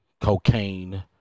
cocaine